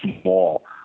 small